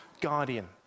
guardian